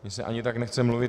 Mně se ani tak nechce mluvit.